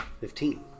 Fifteen